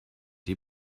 die